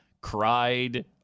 cried